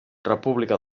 república